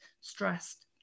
stressed